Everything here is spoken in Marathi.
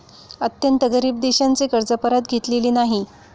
अत्यंत गरीब देशांचे कर्ज परत घेतलेले नाही